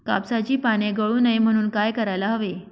कापसाची पाने गळू नये म्हणून काय करायला हवे?